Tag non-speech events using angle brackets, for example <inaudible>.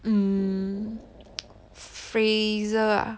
mm <noise> Fraser ah